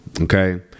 okay